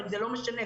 אבל זה לא משנה,